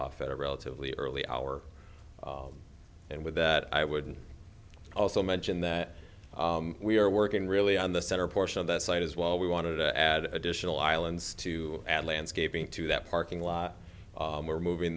off at a relatively early hour and with that i would also mention that we are working really on the center portion of that site as well we want to add additional islands to add landscaping to that parking lot we're moving